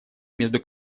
между